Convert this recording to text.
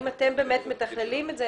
האם אתם באמת מתכללים את זה?